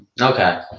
Okay